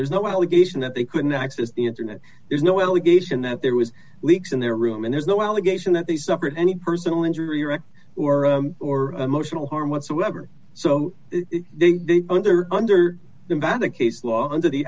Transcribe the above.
there's no allegation that they couldn't access the internet there's no allegation that there was leaks in their room and there's no allegation that they suffered any personal injury or act or or emotional harm whatsoever so they did under under the banner case law under the